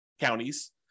counties